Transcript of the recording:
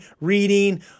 reading